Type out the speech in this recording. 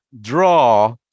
draw